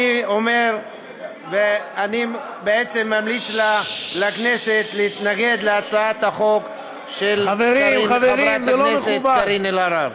אני באמת ממליץ לכנסת להתנגד להצעת החוק של חברת הכנסת קארין אלהרר.